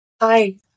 Hi